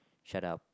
shut up